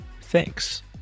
Thanks